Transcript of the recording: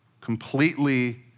completely